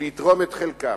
לתרום את חלקם,